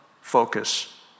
focus